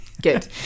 Good